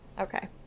Okay